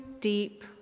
deep